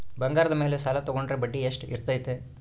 ಬಂಗಾರದ ಮೇಲೆ ಸಾಲ ತೋಗೊಂಡ್ರೆ ಬಡ್ಡಿ ಎಷ್ಟು ಇರ್ತೈತೆ?